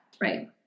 right